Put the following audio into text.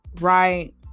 right